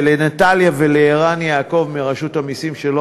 ולנטליה ולערן יעקב מרשות המסים,